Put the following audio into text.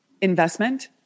investment